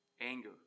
Anger